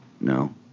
No